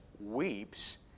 weeps